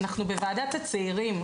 אנחנו בוועדת הצעירים,